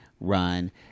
run